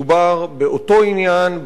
מדובר באותו עניין,